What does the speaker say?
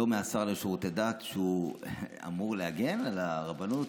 לא מהשר לשירותי דת, שאמור להגן על הרבנות,